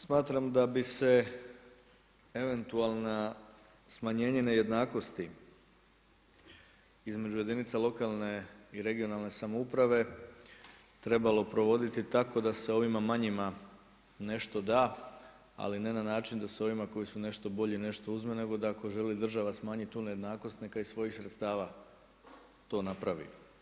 Također smatram da bi se eventualno smanjenje nejednakosti između jedinica lokalne i regionalne samouprave trebalo provoditi tako da se ovima manjima nešto da ali ne na način da se ovima koji su nešto bolji nešto uzme nego da ako želi država smanjiti tu nejednakost neka iz svojih sredstva to napravi.